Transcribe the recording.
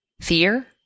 fear